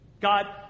God